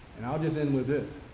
and i'll just end with this.